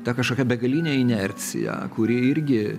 ta kažkokia begalinė inercija kuri irgi